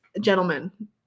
gentlemen